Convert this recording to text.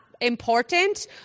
important